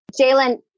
Jalen